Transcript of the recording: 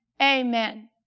Amen